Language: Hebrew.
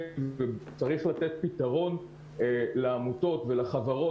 צריך לתת פתרון לעמותות ולחברות,